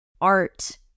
art